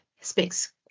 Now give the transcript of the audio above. speaks